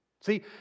See